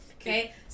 okay